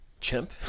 Chimp